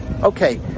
okay